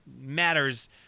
matters